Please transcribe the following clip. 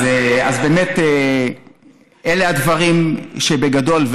אז, באמת, אלה הדברים בגדול.